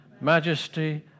majesty